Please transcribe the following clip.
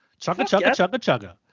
Chugga-chugga-chugga-chugga